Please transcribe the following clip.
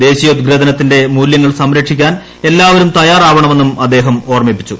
ദേശീയോദ്ഗ്രഥനത്തിന്റെ മൂല്യങ്ങൾ സംരക്ഷിക്കാൻ എല്ലാവരും തയ്യാറാവണമെന്നും അദ്ദേഹം ഓർമ്മിപ്പിച്ചു